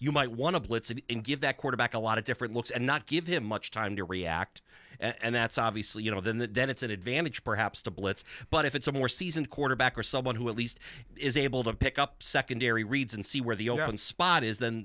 you might want to blitz and in give that quarterback a lot of different looks and not give him much time to react and that's obviously you know then that then it's an advantage perhaps to blitz but if it's a more seasoned quarterback or someone who at least is able to pick up secondary reads and see where the open spot is then